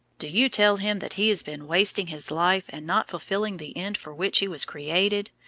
do you tell him that he has been wasting his life and not fulfilling the end for which he was created,